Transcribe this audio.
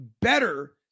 better